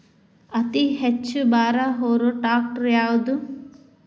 ಅತಿ ಹೆಚ್ಚ ಭಾರ ಹೊರು ಟ್ರ್ಯಾಕ್ಟರ್ ಯಾದು?